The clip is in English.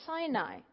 Sinai